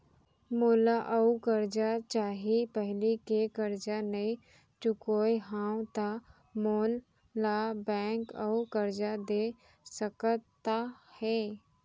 मोला अऊ करजा चाही पहिली के करजा नई चुकोय हव त मोल ला बैंक अऊ करजा दे सकता हे?